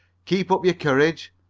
keep up your courage.